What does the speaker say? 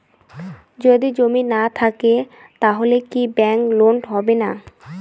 যদি জমি না থাকে তাহলে কি ব্যাংক লোন হবে না?